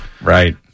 Right